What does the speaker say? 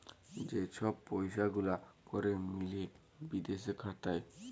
যে ছব পইসা গুলা ক্যরে মিলে বিদেশে খাতায়